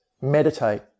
meditate